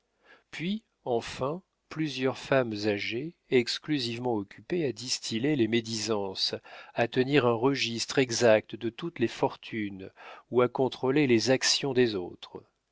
puis enfin plusieurs femmes âgées exclusivement occupées à distiller les médisances à tenir un registre exact de toutes les fortunes ou à contrôler les actions des autres